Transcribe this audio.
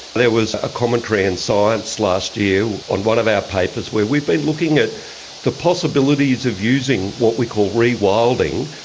there was a commentary in science last year on one of our papers where we've been looking at the possibilities of using what we call rewilding,